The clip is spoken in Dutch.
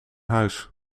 huis